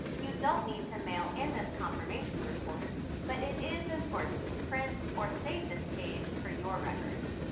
you don't need to mail in this confirmation report but it is important to print or save this page for your records.